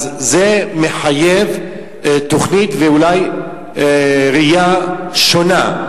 אז זה מחייב תוכנית, ואולי ראייה שונה.